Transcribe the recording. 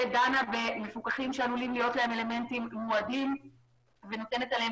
שדנה במפוקחים שעלולים להיות להם אלמנטים מועדים ונותנת להם